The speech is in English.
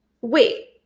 wait